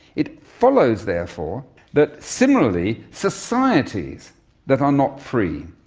it follows therefore that similarly societies that are not free,